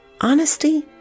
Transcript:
Honesty